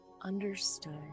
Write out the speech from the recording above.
understood